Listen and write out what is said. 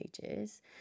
pages